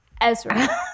Ezra